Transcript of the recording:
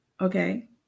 Okay